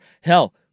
hell